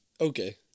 Okay